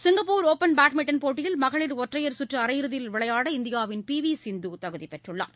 Singapore open badminton போட்டியில் மகளிர் ஒற்றையர் சுற்று அரையிறுதியில் விளையாட இந்தியாவின் பி வி சிந்து தகுதி பெற்றுள்ளார்